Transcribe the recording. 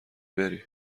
بریم